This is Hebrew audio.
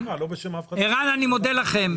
אני מודה לכם.